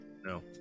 No